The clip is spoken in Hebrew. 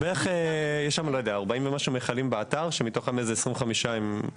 יש באתר כ-40 ומשהו מכלים שמתוכם 25 ריקים.